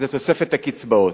זה תוספת הקצבאות.